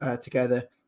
together